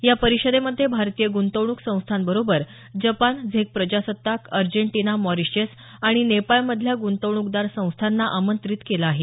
या परिषदेमध्ये भारतीय गृंतवणूक संस्थांबरोबर जपान झेक प्रजासत्ताक अर्जेंटिना मॉरिशस आणि नेपाळमधल्या ग्रंतवणूकदार संस्थांना आमंत्रित केलं आहे